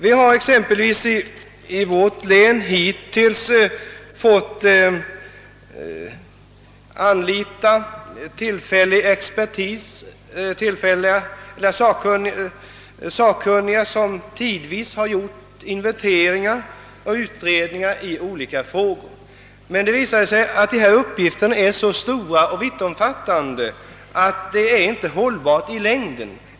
Vi har t.ex. i vårt län hittills tillfälligt fått anlita sakkunniga, som tidvis gjort inventeringar och utredningar av olika frågor. Men det visar sig att dessa uppgifter är så stora och vittomfattande, att det inte i längden är hållbart att lägga upp arbetet så.